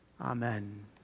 amen